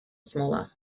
smaller